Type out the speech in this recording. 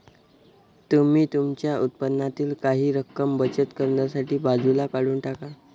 तुम्ही तुमच्या उत्पन्नातील काही रक्कम बचत करण्यासाठी बाजूला काढून टाका